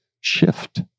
shift